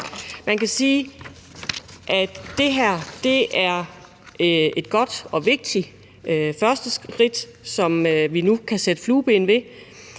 Man kan sige, at det her er et godt og vigtigt første skridt, som vi nu kan sætte flueben ved,